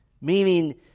meaning